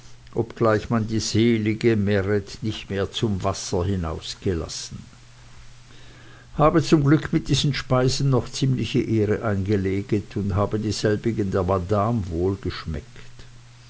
obgleich man die selige meret nicht mehr zum wasser hinauß gelassen habe zum glück mit diesen speißen noch ziemliche ehre eingeleget und haben dieselbigen der madame wohl geschmecket